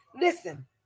Listen